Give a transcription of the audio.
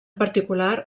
particular